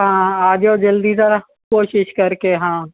ہاں آ جاؤ جلدی ذرا کوشش کر کے ہاں